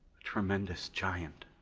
a tremendous giant.